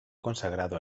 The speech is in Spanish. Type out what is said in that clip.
consagrado